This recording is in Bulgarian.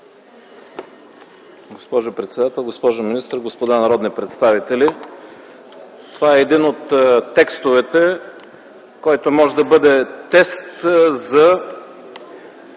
Госпожо председател, госпожо министър, господа народни представители! Това е един от текстовете, който може да бъде тест за